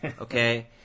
Okay